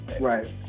Right